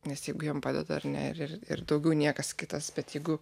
nes jeigu jiems padeda ir ir daugiau niekas kitas bet jeigu